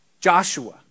Joshua